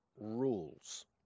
rules